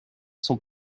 sont